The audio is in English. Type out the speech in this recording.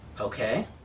Okay